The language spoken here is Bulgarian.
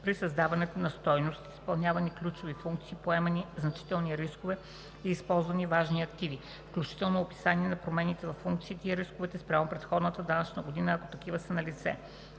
при създаването на стойност (изпълнявани ключови функции, поемани значителни рискове и използвани важни активи), включително описание на промените във функциите и рисковете спрямо предходната данъчна година, ако такива са налице;